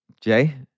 Jay